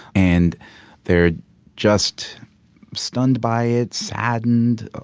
and they're just stunned by it, saddened,